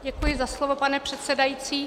Děkuji za slovo, pane předsedající.